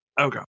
Okay